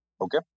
okay